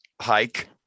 hike